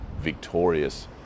victorious